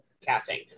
casting